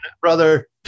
brother